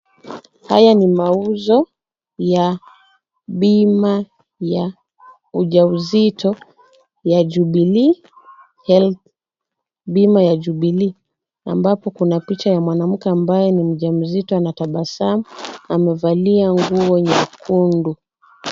Haya ni mauzo ya bima ya ujauzito ya bima Jubilee ambapo kuna picha ya mwanamke ambaye ni mjamzito anatabasamu amevalia nguo nyekundu.